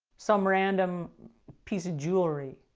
some random piece of jewelry.